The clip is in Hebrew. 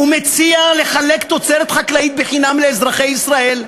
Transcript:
ומציע לחלק תוצרת חקלאית חינם לאזרחי ישראל,